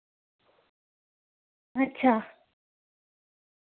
अच्छा